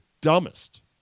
dumbest